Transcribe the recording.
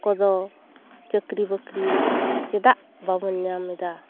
ᱠᱚᱫᱚ ᱪᱟᱹᱠᱨᱤ ᱵᱟᱹᱠᱨᱤ ᱪᱮᱫᱟᱜ ᱵᱟᱵᱚᱱ ᱧᱟᱢᱮᱫᱟ